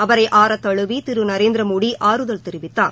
அவரை ஆரத்தழுவி திரு நரேந்திரமோடி ஆறுதல் தெரிவித்தார்